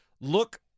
look